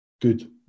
good